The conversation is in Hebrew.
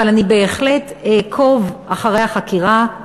אבל אני בהחלט אעקוב אחרי החקירה,